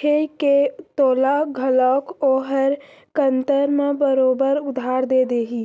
हे के तोला घलौक ओहर कन्तर म बरोबर उधार दे देही